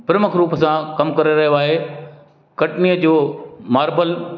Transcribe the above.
प्रमुख रूप सां कमु करे रहियो आहे कटनी उद्दयोग मारबल